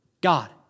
God